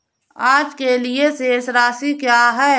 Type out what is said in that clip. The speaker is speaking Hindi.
आज के लिए शेष राशि क्या है?